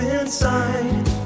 inside